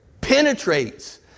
penetrates